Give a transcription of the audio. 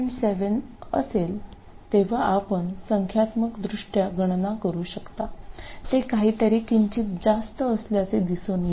7 असेल तेव्हा आपण संख्यात्मकदृष्ट्या गणना करू शकता ते काहीतरी किंचित जास्त असल्याचे दिसून येते